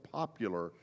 popular